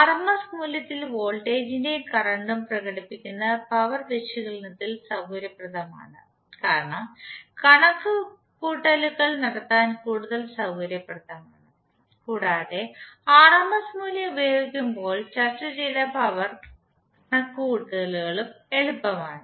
RMS മൂല്യത്തിൽ വോൾട്ടേജും കറന്റും പ്രകടിപ്പിക്കുന്നത് പവർ വിശകലനത്തിൽ സൌകര്യപ്രദമാണ് കാരണം കണക്കുകൂട്ടലുകൾ നടത്തുന്നത് കൂടുതൽ സൌകര്യപ്രദമാണ് കൂടാതെ ആർഎംഎസ് മൂല്യം ഉപയോഗിക്കുമ്പോൾ ചർച്ച ചെയ്ത പവർ കണക്കുകൂട്ടലുകളും എളുപ്പമാണ്